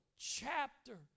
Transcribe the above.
chapter